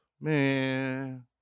man